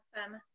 Awesome